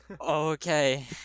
okay